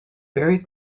very